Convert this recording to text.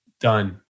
done